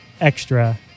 Extra